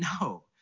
No